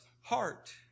heart